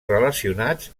relacionats